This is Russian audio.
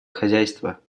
хозяйства